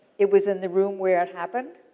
it was in the room where it happened,